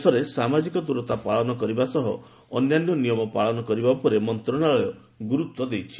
ଦେଶରେ ସାମାଜିକ ଦୂରତା ପାଳନ କରିବା ସହ ଅନ୍ୟାନ୍ୟ ନିୟମ ପାଳନ କରିବା ଉପରେ ମନ୍ତ୍ରଣାଳୟ ଗୁରୁତ୍ୱ ଦେଇଛି